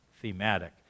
thematic